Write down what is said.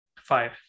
five